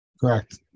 correct